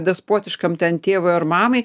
despotiškam ten tėvui ar mamai